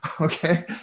Okay